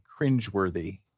cringeworthy